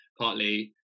partly